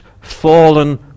fallen